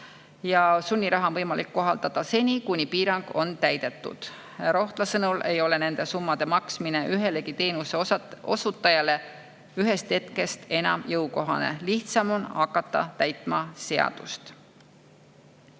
Sunniraha on võimalik kohaldada seni, kuni [nõue] on täidetud. Rohtla sõnul ei ole nende summade maksmine ühelegi teenuseosutajale ühest hetkest enam jõukohane, lihtsam on hakata täitma seadust.